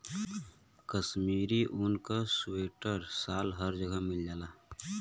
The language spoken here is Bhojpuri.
कशमीरी ऊन क सीवटर साल हर जगह मिल जाला